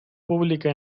pública